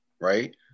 right